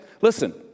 Listen